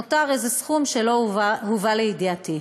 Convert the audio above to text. ואחריו נותר איזה סכום שלא הובא לידיעתי,